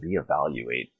reevaluate